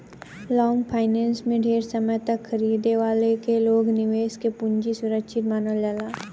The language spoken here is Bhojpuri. लॉन्ग फाइनेंस में ढेर समय तक खरीदे वाला के लगे निवेशक के पूंजी सुरक्षित मानल जाला